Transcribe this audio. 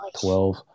twelve